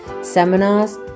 seminars